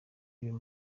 yoweri